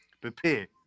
prepare